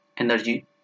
Energy